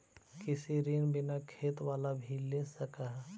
कृषि ऋण बिना खेत बाला भी ले सक है?